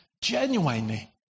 genuinely